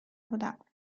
بودم